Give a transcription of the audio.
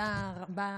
תודה רבה,